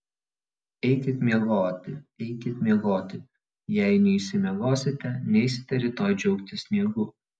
eikit miegoti eikit miegoti jei neišsimiegosite neisite rytoj džiaugtis sniegu